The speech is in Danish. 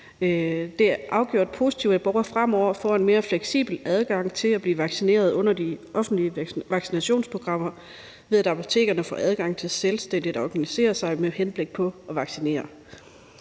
er afgjort positivt, at borgere fremover får en mere fleksibel adgang til at blive vaccineret under de offentlige vaccinationsprogrammer, ved at apotekerne får adgang til selvstændigt at organisere sig med henblik på at vaccinere.